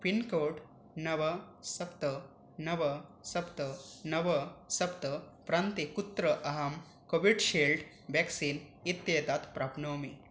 pincode नव सप्त नव सप्त नव सप्त प्रान्ते कुत्र अहं कोविड्शील्ड् व्याक्सीन् इत्येतत् प्राप्नोमि